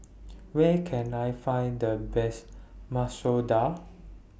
Where Can I Find The Best Masoor Dal